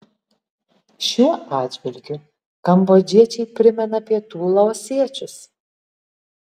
šiuo atžvilgiu kambodžiečiai primena pietų laosiečius